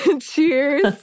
cheers